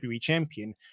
champion